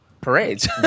parades